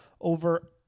over